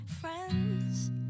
friends